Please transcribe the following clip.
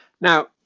Now